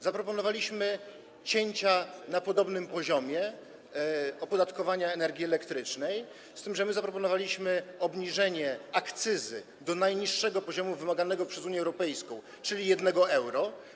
Zaproponowaliśmy cięcia na podobnym poziomie opodatkowania energii elektrycznej, z tym że my zaproponowaliśmy obniżenie akcyzy do najniższego poziomu wymaganego przez Unię Europejską, czyli 1 euro.